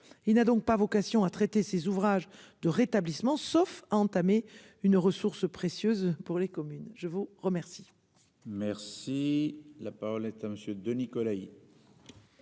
Il n'a donc pas vocation à traiter ces ouvrages de rétablissement sauf entamer une ressource précieuse pour les communes. Je vous remercie.